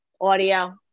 audio